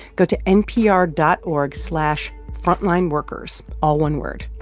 go to npr dot org slash frontlineworkers all one word.